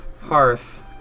hearth